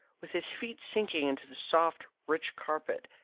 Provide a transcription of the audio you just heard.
with his feet sinking into the soft rich carpet,